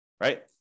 right